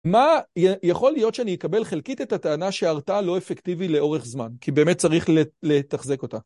מה יכול להיות שאני אקבל חלקית את הטענה שהרתעה לא אפקטיבי לאורך זמן, כי באמת צריך לתחזק אותה.